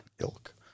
Ilk